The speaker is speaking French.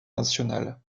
nationale